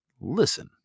Listen